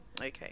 Okay